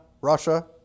Russia